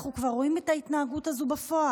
אנחנו כבר רואים את ההתנהגות הזאת בפועל.